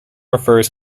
refers